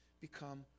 become